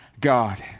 God